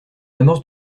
amorce